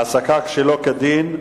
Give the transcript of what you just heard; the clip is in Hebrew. (העסקה שלא כדין,